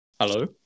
Hello